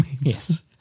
Yes